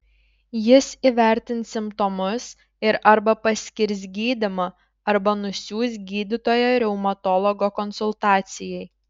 jis įvertins simptomus ir arba paskirs gydymą arba nusiųs gydytojo reumatologo konsultacijai